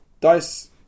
Dice